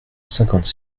cinquante